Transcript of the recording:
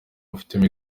babifitemo